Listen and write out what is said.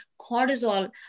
cortisol